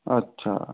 अच्छा